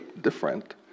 different